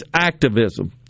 activism